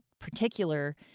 particular